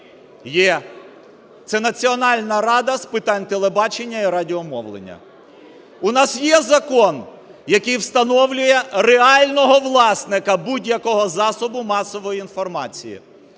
Є. Це Національна рада з питань телебачення і радіомовлення. У нас є закон, який встановлює реального власника будь-якого засобу масової інформації?